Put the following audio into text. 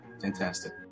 Fantastic